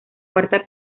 cuarta